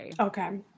Okay